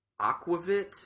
aquavit